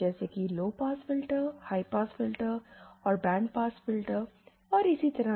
जैसे कि low pass filter high pass filter और बैंड पास फिल्टर और इसी तरह